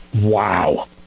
Wow